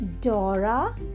Dora